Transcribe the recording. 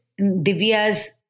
Divya's